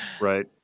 Right